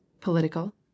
political